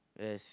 yes